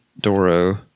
Doro